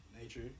Nature